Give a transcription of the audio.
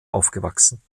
aufgewachsen